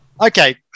Okay